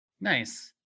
Nice